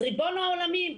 אז ריבון העולמים,